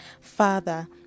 Father